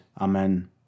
Amen